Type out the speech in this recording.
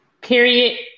period